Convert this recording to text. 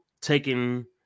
taking